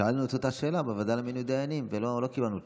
שאלנו את אותה שאלה בוועדה למינוי דיינים ולא קיבלנו תשובות.